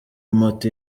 moto